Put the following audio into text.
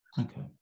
Okay